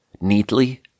neatly